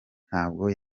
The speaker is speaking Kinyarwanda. ntabwo